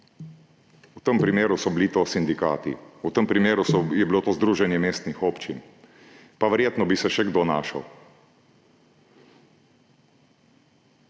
V tem primeru so bili to sindikati, v tem primeru je bilo to združenje mestnih občin pa verjetno bi se še kdo našel.